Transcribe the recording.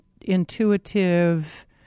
intuitive